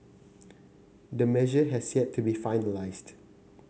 the measure has yet to be finalised